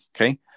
okay